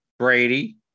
Brady